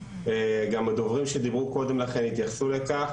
גם הדוברים שדיברו קודם לכן התייחסו לכך.